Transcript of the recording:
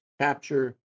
capture